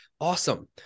Awesome